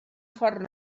fort